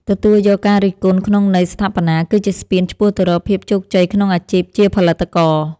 ទទួលយកការរិះគន់ក្នុងន័យស្ថាបនាគឺជាស្ពានឆ្ពោះទៅរកភាពជោគជ័យក្នុងអាជីពជាផលិតករ។